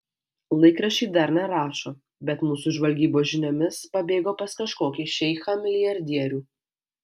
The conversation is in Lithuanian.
laikraščiai dar nerašo bet mūsų žvalgybos žiniomis pabėgo pas kažkokį šeichą milijardierių